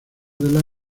del